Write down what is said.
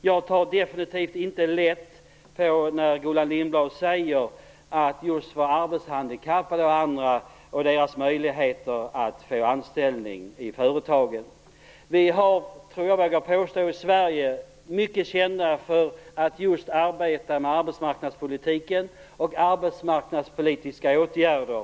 Jag tar definitivt inte lätt på frågan om möjligheten för bl.a. arbetshandikappade att få anställning i företagen. Vi är i Sverige mycket kända just för att arbeta med arbetsmarknadspolitiken och arbetsmarknadspolitiska åtgärder.